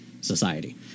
society